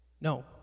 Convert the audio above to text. No